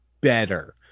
better